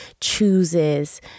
chooses